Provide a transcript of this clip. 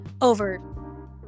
over